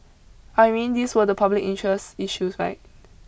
I mean these were the public interest issues right